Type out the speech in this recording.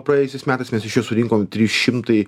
praėjusiais metais mes iš jo surinkom tris šimtai